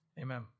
Amen